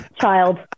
child